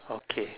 okay